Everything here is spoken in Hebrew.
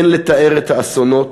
אין לתאר את האסונות,